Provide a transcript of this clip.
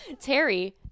Terry